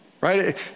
right